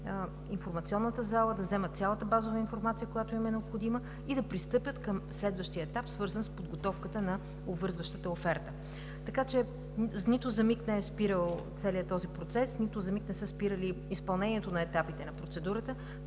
информационната зала, да вземат цялата базова информация, която им е необходима, и да пристъпят към следващия етап, свързан с подготовката на обвързващата оферта. Нито за миг не е спирал целият този процес, нито за миг не са спирали изпълнението на етапите по процедурата